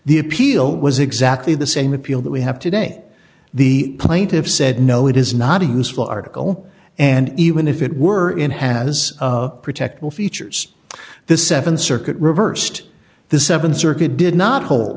the appeal was exactly the same appeal that we have today the plaintiffs said no it is not a useful article and even if it were in has protect all features the seven circuit reversed the seven circuit did not hol